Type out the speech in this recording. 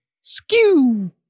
Skew